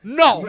no